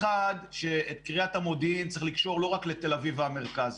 האחד שאת קרית המודיעין צריך לקשור לא רק לתל אביב והמרכז.